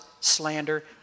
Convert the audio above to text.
slander